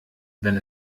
wenn